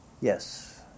Yes